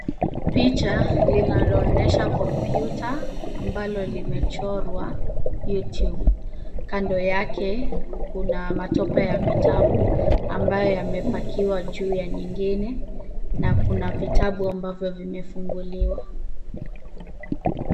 Picha linaloonyesha kompyuta ambalo limechorwa YouTube .Kando yake kuna matope ya vitabu ambayo yamepakiwa juu ya nyingine na kuna vitabu ambavyo vimefunguliwa.